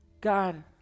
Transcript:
God